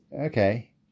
okay